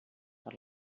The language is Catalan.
per